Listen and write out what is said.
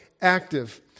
active